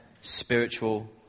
spiritual